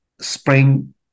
spring